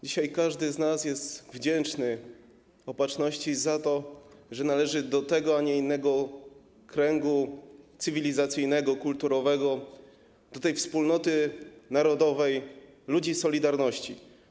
Dzisiaj każdy z nas jest wdzięczny Opatrzności za to, że należy do tego, a nie innego kręgu cywilizacyjnego, kulturowego, do tej wspólnoty narodowej ludzi solidarności.